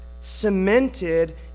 cemented